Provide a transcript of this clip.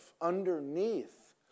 underneath